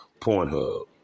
Pornhub